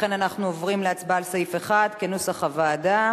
לכן אנחנו עוברים להצבעה על סעיף 1 כנוסח הוועדה.